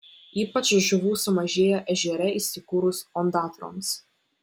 ypač žuvų sumažėjo ežere įsikūrus ondatroms